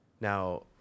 Now